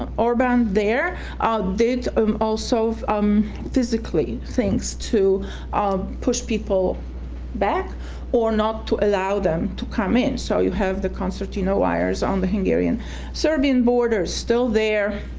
orban there ah did um also um physically things to um push people back or not to allow them to come in, so you have the concertina wires on the hungarian serbian borders still there,